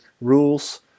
rules